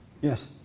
Yes